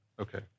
Okay